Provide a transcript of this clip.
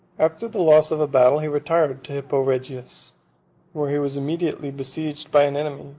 after the loss of a battle he retired into hippo regius where he was immediately besieged by an enemy,